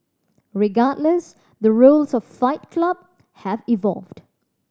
regardless the rules of Fight Club have evolved